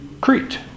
Crete